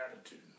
attitude